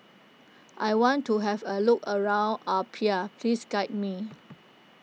I want to have a look around Apia please guide me